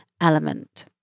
element